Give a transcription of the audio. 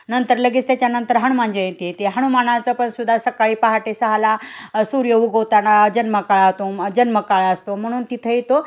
नंतर लगेच त्याच्यानंतर हनुमान जयंती येते हनुमानाचं पण सुद्धा सकाळी पहाटे सहाला सूर्य उगवताना जन्मकाळ होतो जन्मकाळ असतो म्हणून तिथेही तो